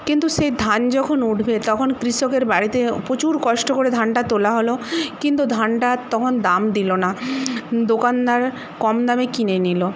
কিন্তু সে ধান যখন উঠবে তখন কৃষকের বাড়িতে প্রচুর কষ্ট করে ধানটা তোলা হল কিন্তু ধানটা তখন দাম দিল না দোকানদার কম দামে কিনে নিল